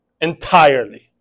entirely